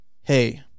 hey